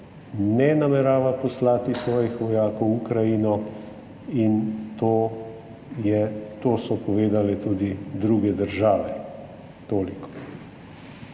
ne namerava poslati svojih vojakov v Ukrajino in to so povedale tudi druge države. Toliko.